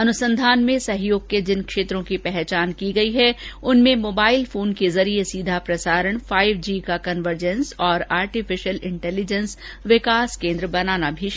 अनुसंधान में सहयोग के जिन क्षेत्रों की पहचान की गई है उनमें मोबाइल फोन के जरिये सीधा प्रसारण फाइव जी का कन्वर्जेन्स और आर्टिफिशयल इंटेलीजेंस विकास केन्द्र बनाना भी शामिल हैं